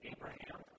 Abraham